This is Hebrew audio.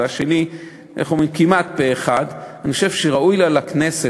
והשני כמעט פה-אחד,